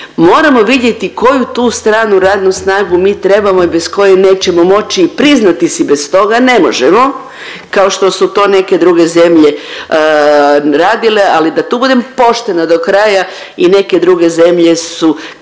moramo vidjeti koju tu stranu radnu snagu mi trebamo i bez koje nećemo moći i priznati si bez toga ne možemo kao što su to neke druge zemlje radile, ali da tu budem poštena do kraja i neke druge zemlje su